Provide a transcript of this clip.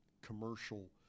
commercial